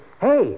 Hey